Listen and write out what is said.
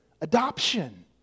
adoption